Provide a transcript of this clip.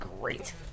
great